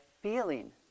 feeling